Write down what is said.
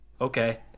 okay